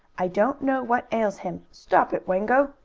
i don't know what ails him. stop it, wango!